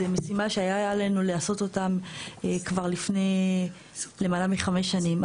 זו משימה שהיה עלינו לעשות אותה כבר לפני למעלה מ-5 שנים.